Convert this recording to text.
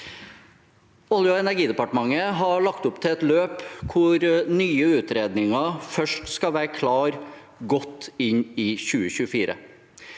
Olje- og energidepartementet har lagt opp til et løp hvor nye utredninger først skal være klare godt inn i 2024.